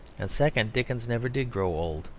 and second, dickens never did grow old,